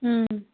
હં